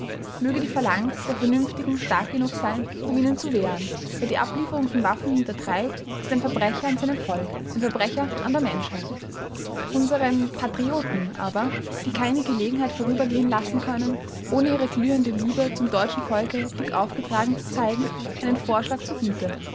möge die phalanx der vernünftigen stark genug sein um ihnen zu wehren wer die ablieferung von waffen hintertreibt ist ein verbrecher an seinem volk ein verbrecher an der menschheit unseren patrioten aber die keine gelegenheit vorübergehen lassen können ohne ihre glühende liebe zum deutschen volke dick aufgetragen zu zeigen einen vorschlag zur güte